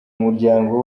muryango